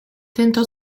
tentò